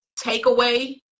takeaway